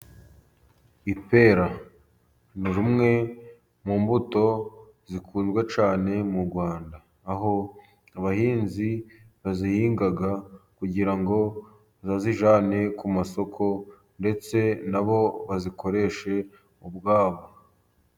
Ipera nirumwe mu mbuto, zikundwa cyane mu Rwanda, aho abahinzi bazihinga, kugira ngo bazijyane ku masoko ndetse nabo bazikoreshe ubwabo.